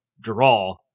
draw